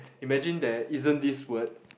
imagine there isn't this word